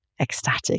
ecstatic